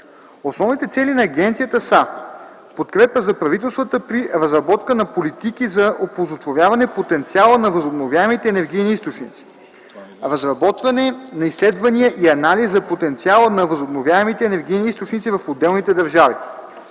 Основните цели на агенцията са: подкрепа на правителствата при разработка на политики за оползотворяване потенциала на възобновяемите енергийни източници, разработване на изследвания и анализ за потенциала на възобновяемите енергийни източници в отделните държави,